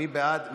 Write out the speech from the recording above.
מי בעד?